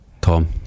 Tom